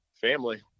family